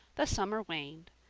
the summer waned.